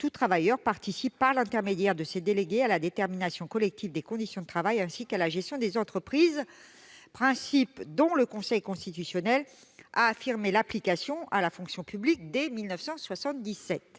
tout travailleur participe par l'intermédiaire de ses délégués à la détermination collective des conditions de travail, ainsi qu'à la gestion des entreprises », principe dont le Conseil constitutionnel a affirmé l'application à la fonction publique dès 1977.